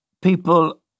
People